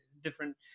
different